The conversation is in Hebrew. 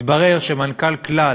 מתברר שמנכ"ל "כלל",